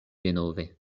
denove